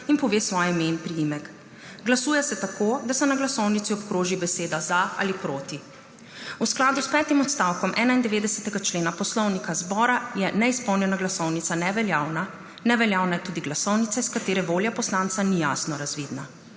in pove svoje ime in priimek. Glasuje se tako, da se na glasovnici obkroži beseda za ali proti. V skladu s petim odstavkom 91. člena Poslovnika Državnega zbora je neizpolnjena glasovnica neveljavna. Neveljavna je tudi glasovnica, iz katere volja poslanca ni jasno razvidna.